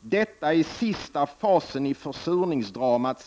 ”Det är den sista fasen i försurningsdramat.